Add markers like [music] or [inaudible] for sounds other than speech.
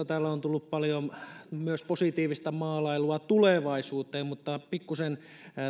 [unintelligible] täällä on on tullut paljon myös positiivista maalailua tulevaisuuteen mutta pikkusen